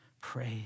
praise